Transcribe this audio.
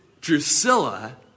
Drusilla